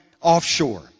offshore